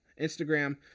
instagram